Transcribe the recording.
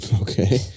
Okay